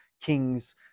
kings